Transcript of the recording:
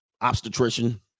obstetrician